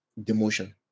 demotion